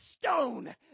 stone